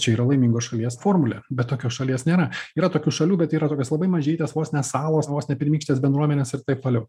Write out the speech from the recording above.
čia yra laimingos šalies formulė bet tokios šalies nėra yra tokių šalių bet yra tokios labai mažytės vos ne salos vos ne pirmykštės bendruomenės ir taip toliau